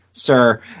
sir